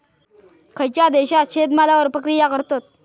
खयच्या देशात शेतमालावर प्रक्रिया करतत?